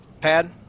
pad